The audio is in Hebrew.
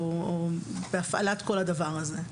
או בהפעלה, של כל הדבר הזה.